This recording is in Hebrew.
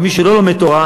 ומי שלא לומד תורה,